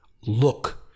look